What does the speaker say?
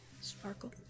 Sparkle